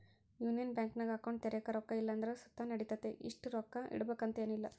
union ಬ್ಯಾಂಕಿನಾಗ account ತೆರ್ಯಾಕ ರೊಕ್ಕ ಇಲ್ಲಂದ್ರ ಸುತ ನಡಿತತೆ, ಇಷ್ಟು ರೊಕ್ಕ ಇಡುಬಕಂತ ಏನಿಲ್ಲ